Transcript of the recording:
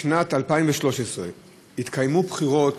בשנת 2013 התקיימו בחירות